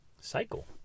cycle